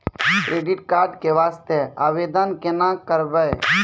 Credit card के वास्ते आवेदन केना करबै?